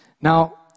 Now